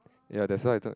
ya that's why I thought